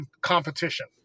competition